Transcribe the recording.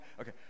Okay